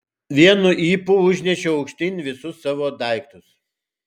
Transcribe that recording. vienu ypu užnešiau aukštyn visus savo daiktus